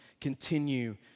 continue